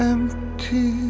Empty